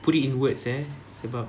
put it in words ya sebab